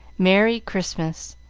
merry christmas!